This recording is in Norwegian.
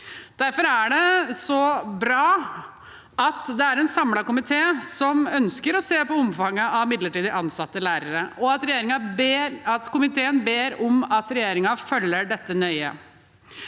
Derfor er det så bra at det er en samlet komité som ønsker å se på omfanget av midlertidig ansatte lærere, og at komiteen ber om at regjeringen følger dette nøye.